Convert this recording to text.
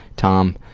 tom,